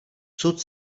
cud